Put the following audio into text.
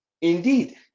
Indeed